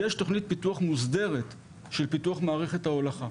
יש תכנית פיתוח מוסדרת של פיתוח מערכת ההולכה.